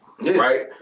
right